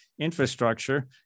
infrastructure